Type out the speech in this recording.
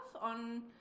on